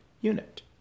unit